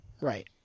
Right